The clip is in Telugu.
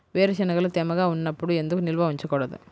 వేరుశనగలు తేమగా ఉన్నప్పుడు ఎందుకు నిల్వ ఉంచకూడదు?